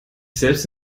selbst